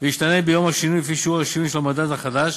וישתנה ביום השינוי לפי שיעור השינוי של המדד החדש